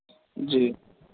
जी